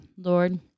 Lord